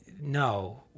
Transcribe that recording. no